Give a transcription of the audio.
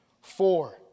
Four